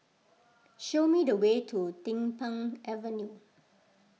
show me the way to Din Pang Avenue